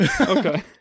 Okay